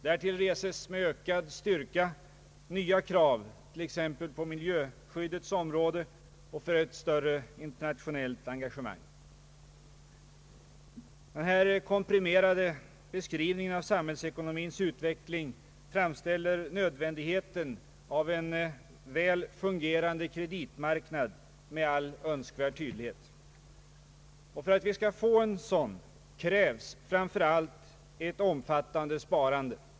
Därtill reses med ökad styrka nya krav, t.. ex. på miljöskyddets område och för ett större internationellt engagemang. Denna komprimerade beskrivning av samhällsekonomins utveckling framställer med all önskvärd tydlighet nödvändigheten av en väl fungerande kreditmarknad. För att vi skall få en sådan krävs framför allt ett omfattande sparande.